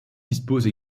dispose